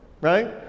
right